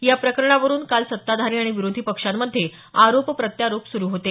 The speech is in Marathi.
या प्रकरणावरुन काल सत्ताधारी आणि विरोधी पक्षांमध्ये आरोप प्रत्यारोप सुरु होते